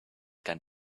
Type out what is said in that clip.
can